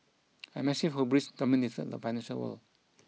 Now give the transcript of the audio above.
a massive hubris dominated the financial world